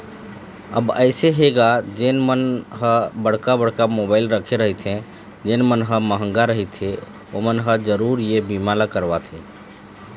अब अइसे हे गा जेन मन ह बड़का बड़का मोबाइल रखे रहिथे जेन मन ह मंहगा रहिथे ओमन ह जरुर ये बीमा ल करवाथे